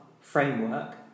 Framework